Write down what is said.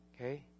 Okay